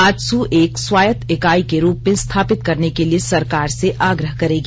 आजसू एक स्वायत्त इकाई के रूप में स्थापित करने के लिए सरकार से आग्रह करेगी